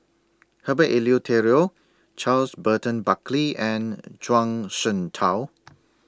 Herbert Eleuterio Charles Burton Buckley and Zhuang Shengtao